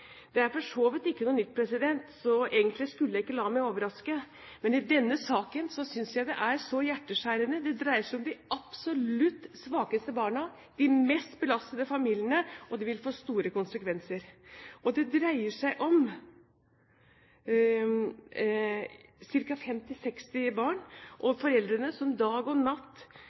Det er for så vidt ikke noe nytt, så egentlig skulle jeg ikke la meg overraske. Men i denne saken synes jeg det er så hjerteskjærende. Det dreier seg om de absolutt svakeste barna, de mest belastede familiene, og det vil få store konsekvenser. Og det dreier seg om ca. 50–60 barn, og om foreldre som natt og